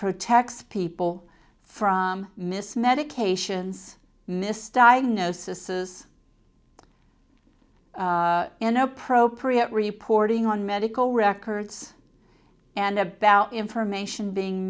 protects people from mis medications misdiagnosis inappropriate reporting on medical records and about information being